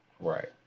right